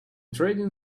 trading